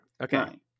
Okay